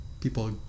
people